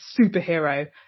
superhero